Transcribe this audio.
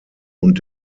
und